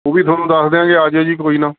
ਉਹ ਵੀ ਤੁਹਾਨੂੰ ਦੱਸ ਦਿਆਂਗੇ ਆ ਜਿਓ ਜੀ ਕੋਈ ਨਾ